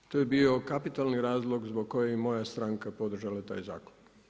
To je bio kapitalni razlog zbog kojeg je i moja stranka podržala taj zakon.